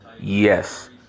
Yes